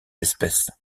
espèces